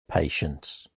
patience